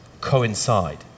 coincide